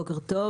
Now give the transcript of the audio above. בוקר טוב.